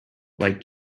like